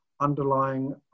underlying